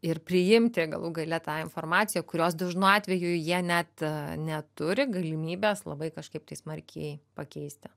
ir priimti galų gale tą informaciją kurios dažnu atveju jie net neturi galimybės labai kažkaip tai smarkiai pakeisti